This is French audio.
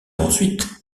ensuite